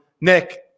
Nick